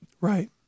Right